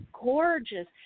gorgeous